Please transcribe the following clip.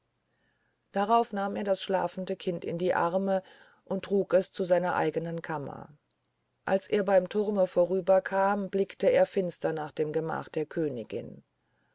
darauf nahm er das schlafende kind in die arme und trug es zu seiner eigenen kammer als er beim turme vorüberkam blickte er finster nach dem gemach der königin